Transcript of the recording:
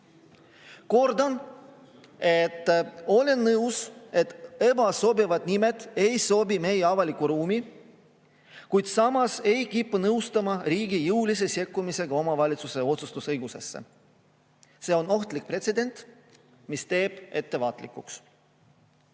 Kordan, et olen nõus, et ebasobivad nimed ei sobi meie avalikku ruumi, kuid samas ei kipu nõustuma riigi jõulise sekkumisega omavalitsuse otsustusõigusesse. See on ohtlik pretsedent, mis teeb ettevaatlikuks. Ning